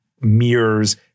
mirrors